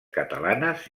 catalanes